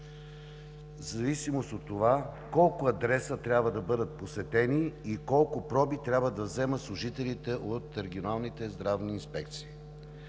в зависимост от това колко адреса трябва да бъдат посетени и колко проби трябва да вземат служителите от регионалните здравни инспекции.